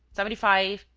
seventy-five.